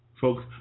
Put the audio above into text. Folks